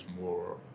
more